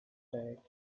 bad